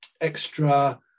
extra